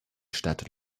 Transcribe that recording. stadt